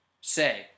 say